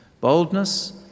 Boldness